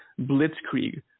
blitzkrieg